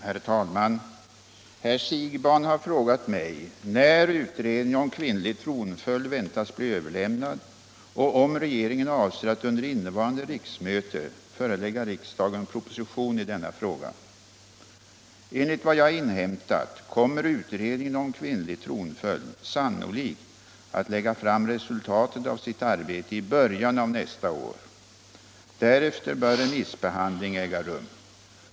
Herr talman! Herr Siegbahn har frågat mig när utredningen om kvinnlig tronföljd väntas bli överlämnad och om regeringen avser att under innevarande riksmöte förelägga riksdagen proposition i denna fråga. Enligt vad jag har inhämtat kommer utredningen om kvinnlig tronföljd sannolikt att lägga fram resultatet av sitt arbete i början av nästa år. Därefter bör remissbehandling äga rum.